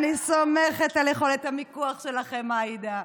אני סומכת על יכולת המיקוח שלכם, עאידה.